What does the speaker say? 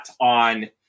on